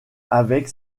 avec